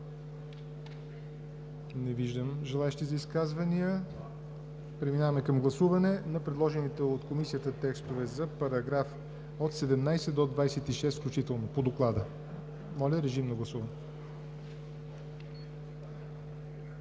Не виждам желаещи за изказвания. Преминаваме към гласуване на предложените от Комисията текстове за параграфи от 17 до 26 включително по Доклада. Гласували